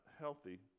healthy